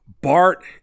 Bart